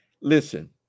listen